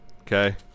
Okay